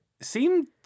Seemed